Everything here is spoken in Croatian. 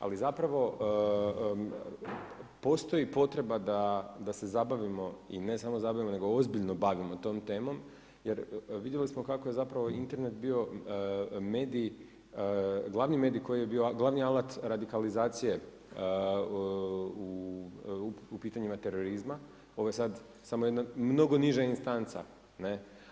Ali, zapravo postoji potreba da se zabavimo i ne samo zabavimo, nego ozbiljno bavimo tom temom, jer vidjeli smo kako je zapravo Internet bio glavni medij, glavni alat radikalizacije u pitanjima terorizma, ovo je sad, samo jedna mnogo niža istanca, ne.